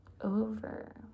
over